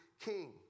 king